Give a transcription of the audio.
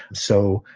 so,